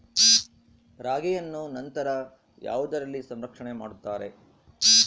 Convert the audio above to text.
ರಾಗಿಯನ್ನು ನಂತರ ಯಾವುದರಲ್ಲಿ ಸಂರಕ್ಷಣೆ ಮಾಡುತ್ತಾರೆ?